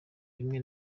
bimwe